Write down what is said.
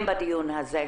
בדיון הזה.